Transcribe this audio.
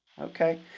Okay